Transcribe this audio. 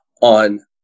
on